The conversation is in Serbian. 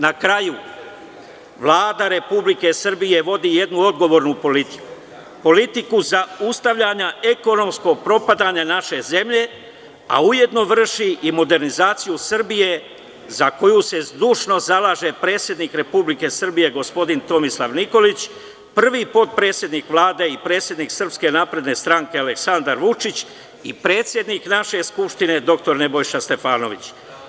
Na kraju, Vlada Republike Srbije vodi jednu odgovornu politiku, politiku zaustavljanja ekonomskog propadanja naše zemlje, a ujedno vrši i modernizaciju Srbije, za koju se zdušno zalaže predsednik Republike Srbije gospodin Tomislav Nikolić, prvi potpredsednik Vlade i predsednik SNS Aleksandar Vučić i predsednik naše Skupštine dr Nebojša Stefanović.